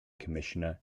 commissioner